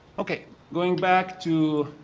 ok going back to,